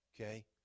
okay